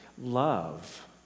love